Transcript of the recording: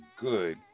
good